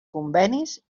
convenis